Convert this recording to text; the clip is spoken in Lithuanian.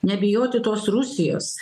nebijoti tos rusijos